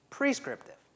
Prescriptive